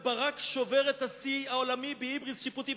ברק שובר את השיא העולמי בהיבריס שיפוטי.